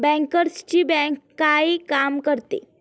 बँकर्सची बँक काय काम करते?